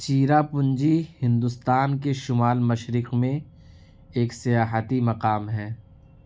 چیراپونجی ہندوستان کے شمال مشرق میں ایک سیاحتی مقام ہے